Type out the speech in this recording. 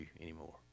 anymore